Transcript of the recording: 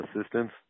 assistance